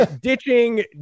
ditching